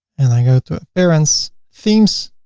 and i go to appearance themes